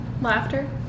Laughter